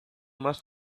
must